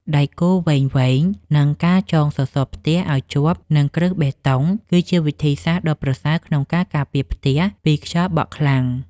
ដែកគោលវែងៗ និងការចងសសរផ្ទះឱ្យជាប់នឹងគ្រឹះបេតុង គឺជាវិធីសាស្ត្រដ៏ប្រសើរក្នុងការការពារផ្ទះពីខ្យល់បក់ខ្លាំង។